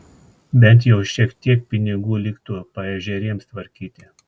bent jau šiek tiek pinigų liktų paežerėms tvarkyti